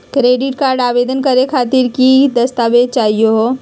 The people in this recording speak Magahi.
क्रेडिट कार्ड आवेदन करे खातीर कि क दस्तावेज चाहीयो हो?